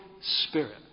Spirit